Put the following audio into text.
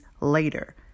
later